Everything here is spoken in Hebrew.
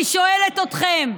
אני שואלת אתכם: